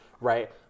right